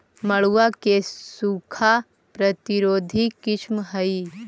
मड़ुआ के सूखा प्रतिरोधी किस्म हई?